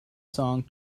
song